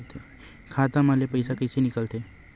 खाता मा ले पईसा कइसे निकल थे?